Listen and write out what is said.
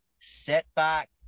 setback